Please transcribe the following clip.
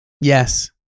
Yes